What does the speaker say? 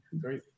Great